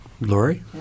Lori